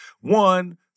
one-